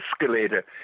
escalator